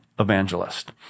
Evangelist